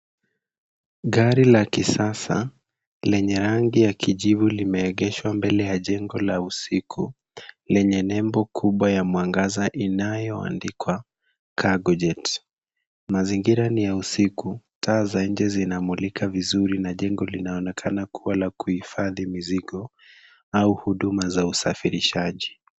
Gari la kisasa lenye rangi ya kijivu limeegeshwa mbele ya jengo la usiku lenye nembo kubwa ya mwangaza inayoandikwa Cargojet. Mazingira ni ya usiku, taa za nje zinamulika vizuri na jengo linaonekana kuwa la kuhifadhi mizigo au huduma za usafirishaji.